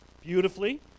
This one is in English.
beautifully